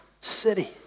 city